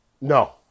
No